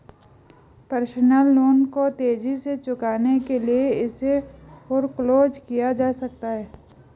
personal loan को तेजी से चुकाने के लिए इसे फोरक्लोज किया जा सकता है